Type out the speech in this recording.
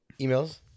emails